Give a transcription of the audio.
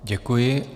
Děkuji.